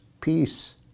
Peace